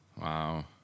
Wow